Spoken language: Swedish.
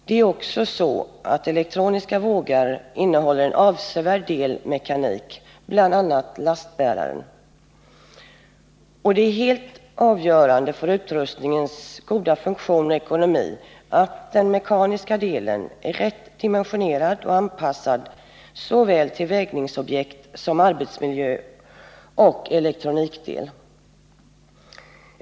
Det är också så, att elektroniska vågar innehåller en avsevärd del mekanik, bl.a. lastbäraren. Det är helt avgörande för utrustningens goda funktion och ekonomi att den mekaniska delen är riktigt dimensionerad och anpassad såväl till vägningsobjekt som till arbetsmiljö och elektronik.